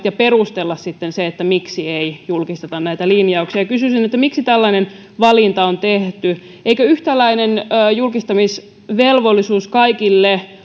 ja perustella sitten se miksi ei julkisteta näitä linjauksia kysyisin miksi tällainen valinta on tehty eikö yhtäläinen julkistamisvelvollisuus kaikille